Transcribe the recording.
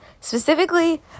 Specifically